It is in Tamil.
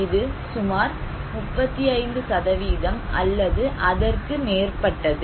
இது சுமார் 35 அல்லது அதற்கு மேற்பட்டது